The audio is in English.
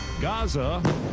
Gaza